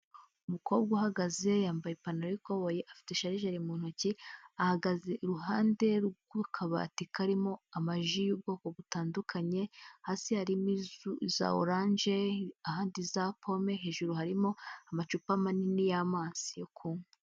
Umukobwa uhagaze yambaye ipantaro y'ikoboyi afite sharijari mu ntoki, ahagaze iruhande rw'akabati karimo amaji y'ubwoko butandukanye, hasi harimo iza oranje ahandi iza pome, hejuru harimo amacupa manini y'amazi yo kunywa.